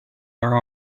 are